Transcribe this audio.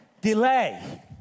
delay